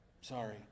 sorry